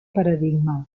paradigma